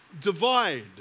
divide